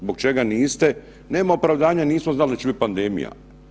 Zbog čega niste, nema opravdanja, nismo znali da će biti pandemija.